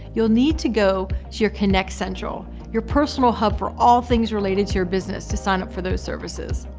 you'll need to go to your kynect central, your personal hub for all things related to your business to sign up for those services.